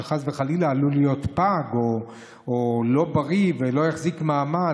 שחס וחלילה עלול להיות פג או לא בריא ושלא יחזיק מעמד,